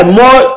more